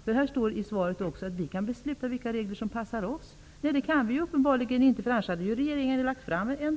I svaret säger statsrådet också att vi kan besluta om vilka regler som passar oss. Det kan vi uppenbarligen inte. Annars hade väl regeringen lagt fram en